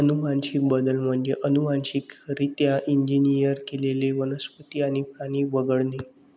अनुवांशिक बदल म्हणजे अनुवांशिकरित्या इंजिनियर केलेले वनस्पती आणि प्राणी वगळणे